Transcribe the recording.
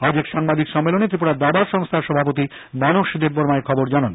আজ এক সাংবাদিক সম্মেলনে ত্রিপুরা দাবা সংস্থার সভাপতি মানষ দেববর্মা এথবর জানান